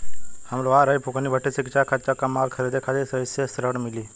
हम लोहार हईं फूंकनी भट्ठी सिंकचा सांचा आ कच्चा माल खरीदे खातिर ऋण कइसे मिली?